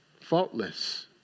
faultless